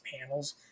panels